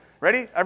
Ready